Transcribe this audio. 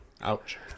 Ouch